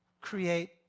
create